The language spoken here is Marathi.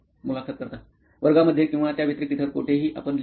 मुलाखत कर्ता वर्गामध्ये किंवा त्या व्यतिरिक्त इतर कोठेही आपण लिहीत नाही